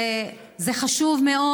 זה חשוב מאוד,